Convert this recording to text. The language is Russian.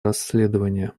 расследования